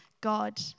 God